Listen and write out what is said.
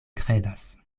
kredas